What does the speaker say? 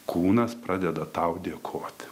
kūnas pradeda tau dėkoti